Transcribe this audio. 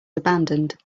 abandoned